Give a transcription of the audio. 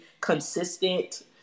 consistent